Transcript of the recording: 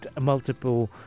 multiple